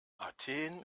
athen